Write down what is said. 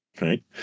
right